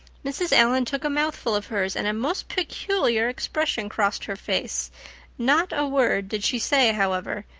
mrs. allan took a mouthful of hers and a most peculiar expression crossed her face not a word did she say, however,